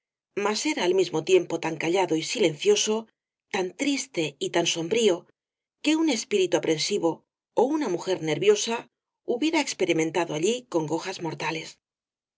era al mismo tiempo tan callado y silencioso tan triste y tan sombrío que un espíritu aprensivo ó una mujer nerviosa hubiera experimentado allí congojas mortales